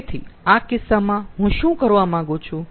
તેથી આ કિસ્સામાં હું શું કરવા માંગુ છું